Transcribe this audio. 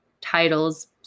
titles